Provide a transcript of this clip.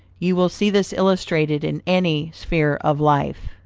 you will see this illustrated in any sphere of life.